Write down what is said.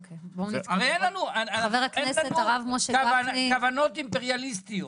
הרי אין לנו כוונות אימפריאליסטיות.